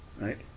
right